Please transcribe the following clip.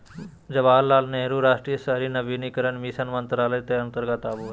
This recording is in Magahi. जवाहरलाल नेहरू राष्ट्रीय शहरी नवीनीकरण मिशन मंत्रालय के अंतर्गत आवो हय